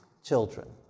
children